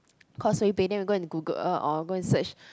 Causeway Bay then we go and Google or go and search